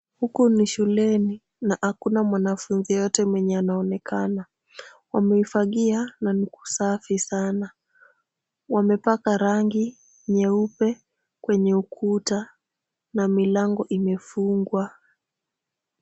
Huko ni shuleni, na hakuna mwanafunzi yote mwenye anaonekana. Wameifagia, na ni kusafi sana. Wamepaka rangi, nyeupe, kwenye ukuta, na milango imefungwa.